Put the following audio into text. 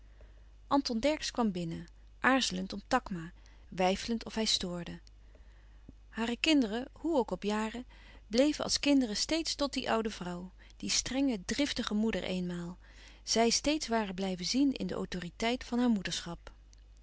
anton dercksz kwam binnen aarzelend om takma weifelend of hij stoorde hare kinderen hoe ook op jaren bleven als kinderen steeds tot die oude vrouw die strenge driftige moeder eenmaal zij steeds waren blijven zien in de autoriteit van haar moederschap